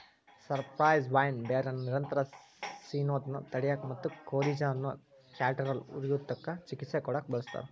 cypress vine ಬೇರನ್ನ ನಿರಂತರ ಸಿನೋದನ್ನ ತಡ್ಯಾಕ ಮತ್ತ ಕೋರಿಜಾ ಅನ್ನೋ ಕ್ಯಾಟರಾಲ್ ಉರಿಯೂತಕ್ಕ ಚಿಕಿತ್ಸೆ ಕೊಡಾಕ ಬಳಸ್ತಾರ